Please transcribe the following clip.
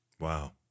Wow